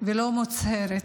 ולא מוצהרת.